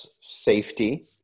safety